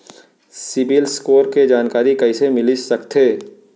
CIBIL score के जानकारी कइसे मिलिस सकथे?